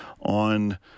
on